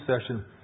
session